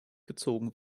gezogen